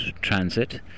Transit